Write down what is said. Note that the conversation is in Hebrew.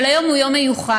אבל היום הוא יום מיוחד,